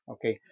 Okay